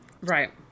right